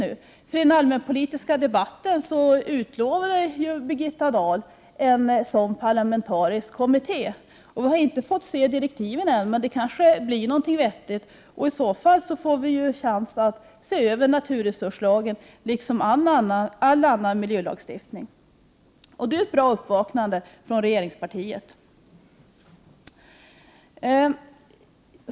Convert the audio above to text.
I den allmänpolitiska debatten utlovade Birgitta Dahl en parlamentarisk kommitté. Vi har inte fått se direktiven ännu, men det blir kanske någonting vettigt. I så fall får vi chansen att se över naturresurslagen, liksom all annan miljölagstiftning. Det är ett bra uppvaknande inom regeringspartiet.